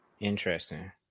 interesting